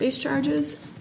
base charges